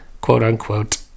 quote-unquote